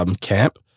camp